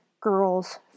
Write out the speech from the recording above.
girls